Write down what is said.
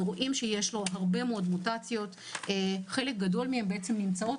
אנחנו רואים שיש לו הרבה מאוד מוטציות שחלק גדול מהן נמצאות